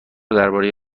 درباره